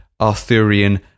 Arthurian